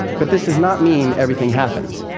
but this does not mean everything happens.